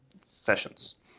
sessions